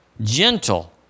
Gentle